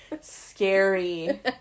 Scary